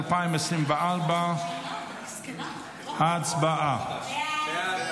התשפ"ד 2024. הצבעה.